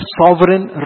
sovereign